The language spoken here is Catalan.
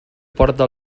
porta